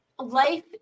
Life